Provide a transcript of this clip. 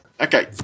Okay